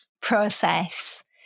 process